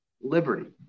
liberty